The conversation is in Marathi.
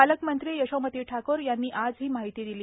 पालकमंत्री यशोमती ठाकूर यांनी आज ही माहिती दिली